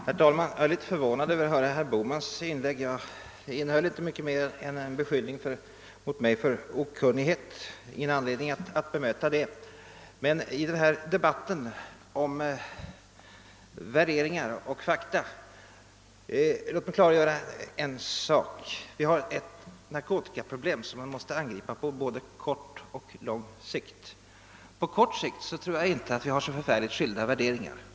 Herr talman! Jag är litet förvånad över herr Bohmans inlägg. Det innehöll inte mycket mer än en beskyllning mot mig för okunnighet, och jag har ingen anledning att bemöta den. Men låt mig klargöra en sak i den här debatten om värderingar och fakta. Vi har ett narkotikaproblem som man måste angripa på både kort och lång sikt. Jag tror inte att vi på kort sikt har så särskilt skilda värderingar.